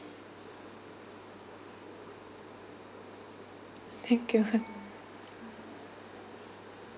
thank you